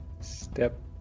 Step